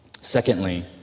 Secondly